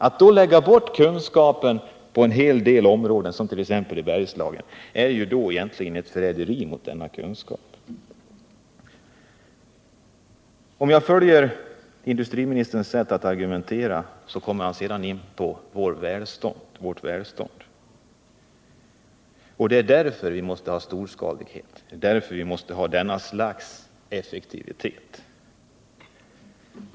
Att såsom sker t.ex. i Bergslagen bortse från den kunskap som finns på en hel del områden, det innebär egentligen ett förräderi mot denna kunskap. Om jag följer industriministerns ordning när det gäller att framföra argumenten kommer jag sedan in på vad han säger om vårt välstånd som skäl till att vi måste ha storskalighet och den typen av effektivitet.